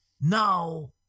now